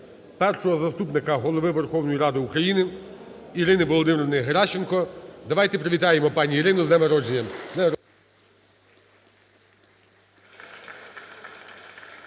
Першого заступника Голови Верховної Ради України Ірини Володимирівни Геращенко. Давайте привітаємо пані Ірину з днем народження.